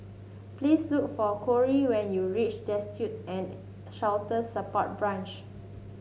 please look for Kory when you reach Destitute and Shelter Support Branch